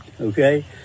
okay